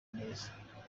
neza